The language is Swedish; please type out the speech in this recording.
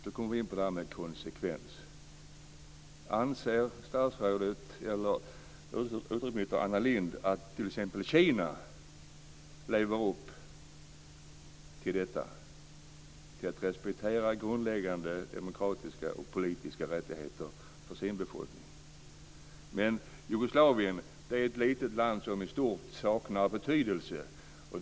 Då kommer vi in på det här med konsekvens. Anser utrikesminister Anna Lindh att t.ex. Kina lever upp till att respektera grundläggande demokratiska och politiska rättigheter för sin befolkning? Jugoslavien är ett litet land som i stort saknar betydelse.